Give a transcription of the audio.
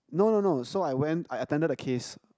no no no so I went I attended the case